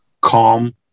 calm